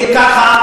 כי ככה.